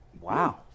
Wow